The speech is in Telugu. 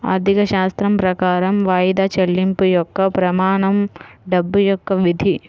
ఆర్థికశాస్త్రం ప్రకారం వాయిదా చెల్లింపు యొక్క ప్రమాణం డబ్బు యొక్క విధి